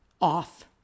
off